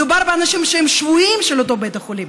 מדובר באנשים שהם שבויים של אותו בית החולים,